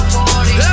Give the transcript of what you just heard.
Party